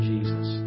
Jesus